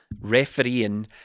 refereeing